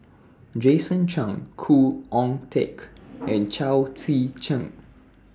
Jason Chan Khoo Oon Teik and Chao Tzee Cheng